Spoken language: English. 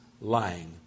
lying